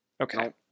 Okay